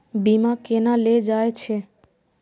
बीमा केना ले जाए छे?